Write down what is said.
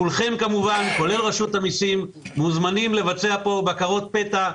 כולכם כולל רשות המיסים מוזמנים לבצע פה בקרות פתע,